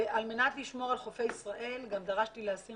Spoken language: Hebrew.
על מנת לשמור על חופי ישראל גם דרשתי להסיר